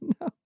no